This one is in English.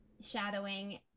shadowing